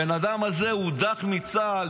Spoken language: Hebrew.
הבן אדם הזה הודח מצה"ל.